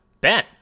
Ben